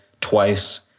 twice